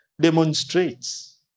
demonstrates